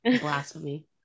blasphemy